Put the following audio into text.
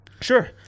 Sure